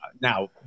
Now